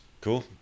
Cool